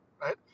Right